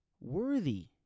worthy